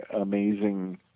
amazing